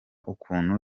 ukuntu